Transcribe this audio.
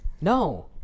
No